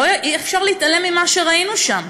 אי-אפשר להתעלם ממה שראינו שם.